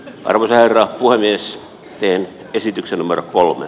arvon herra puhemies vie esityksen numero kolme